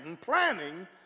planning